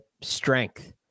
strength